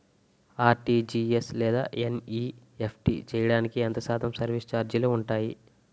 RTGS లేదా NEFT చేయడానికి ఎంత శాతం సర్విస్ ఛార్జీలు ఉంటాయి?